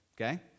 Okay